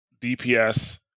DPS